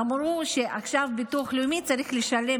אמרו שעכשיו ביטוח לאומי צריך לשלם,